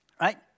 Right